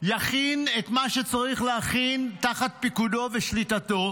יכין את מה שצריך להכין תחת פיקודו ושליטתו,